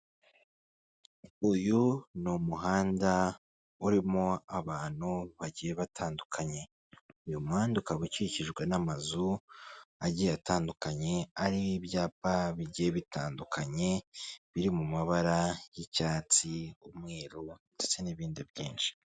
uyu ni umuhanda urimo abantu bagiye batandukanye, uyu muhanda ukaba ukikijwe n'amazu agiye atandukanye ariho ibyapa bigiye bitandukanye, biri mu mabara y'icyatsiu umweru ndetse n'ibindi byinshi.